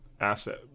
asset